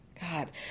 God